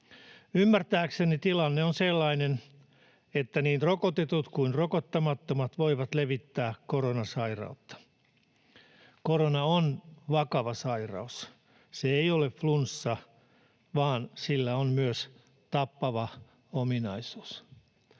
Ymmärtääkseni tilanne on sellainen, että niin rokotetut kuin rokottamattomatkin voivat levittää koronasairautta. Korona on vakava sairaus. Se ei ole flunssa, vaan sillä on myös tappava ominaisuus.